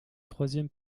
troisième